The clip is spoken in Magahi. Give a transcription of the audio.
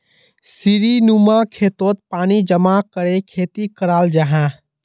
सीढ़ीनुमा खेतोत पानी जमा करे खेती कराल जाहा